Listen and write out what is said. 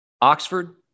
Oxford